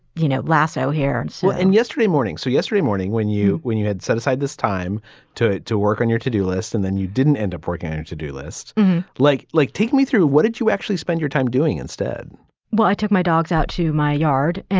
you know, lasso here and so. and yesterday morning. so yesterday morning, when you when you had set aside this time to to work on your to do list and then you didn't end up working to do list like like take me through. what did you actually spend your time doing instead well, i took my dogs out to my yard and,